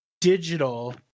digital